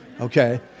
okay